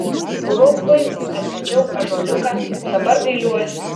buvau kvailas kad mečiau ąžuoliuką dabar gailiuosi